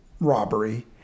robbery